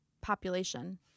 population